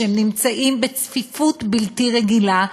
שנמצאים בצפיפות בלתי רגילה,